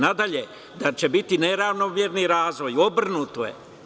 Nadalje, da će biti neravnomerni razvoj, obrnuto je.